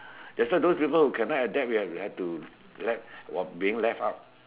that's why those people who cannot adapt you have have to left while being left out